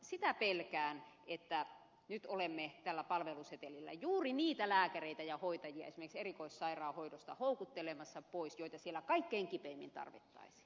sitä pelkään että nyt olemme tällä palvelusetelillä juuri niitä lääkäreitä ja hoitajia esimerkiksi erikoissairaanhoidosta houkuttelemassa pois joita siellä kaikkein kipeimmin tarvittaisiin